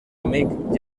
amic